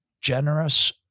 generous